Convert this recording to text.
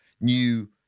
new